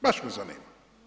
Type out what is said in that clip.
Baš me zanima.